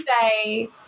say